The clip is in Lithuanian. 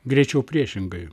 greičiau priešingai